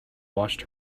washed